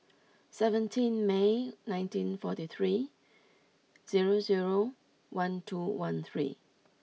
seventeen May nineteen forty three zero zero one two one three